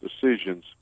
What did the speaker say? decisions